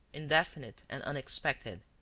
indefinite and unexpected.